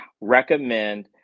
recommend